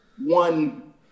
one